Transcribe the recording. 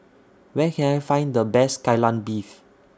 Where Can I Find The Best Kai Lan Beef